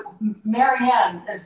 Marianne